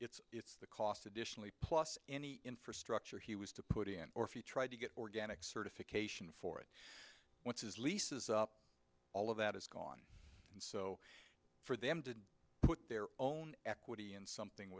so it's the cost additionally plus any infrastructure he was to put in or if you tried to get organic certification for it what's his lease is up all of that is gone and so for them to put their own equity in something